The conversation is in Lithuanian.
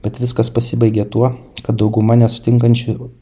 bet viskas pasibaigė tuo kad dauguma nesutinkančių